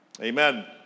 Amen